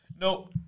no